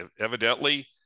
Evidently